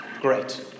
Great